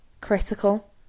Critical